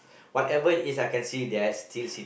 whatever is I can see that still see